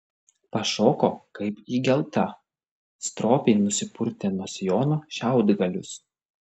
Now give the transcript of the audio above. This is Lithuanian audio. pašoko kaip įgelta stropiai nusipurtė nuo sijono šiaudgalius